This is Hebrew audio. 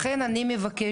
לכן אני מבקשת,